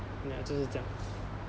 ya 就是这样